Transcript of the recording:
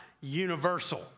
universal